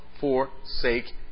forsake